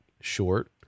short